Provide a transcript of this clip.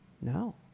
No